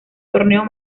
torneo